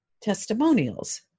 testimonials